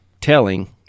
telling